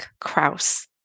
Kraus